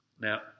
now